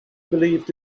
believed